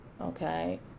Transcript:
Okay